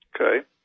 Okay